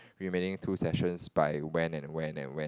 remaining two sessions by when and when and when